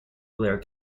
blair